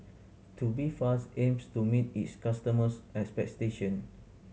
tubifast aims to meet its customers' expectation